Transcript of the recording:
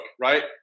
right